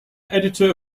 editor